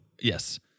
yes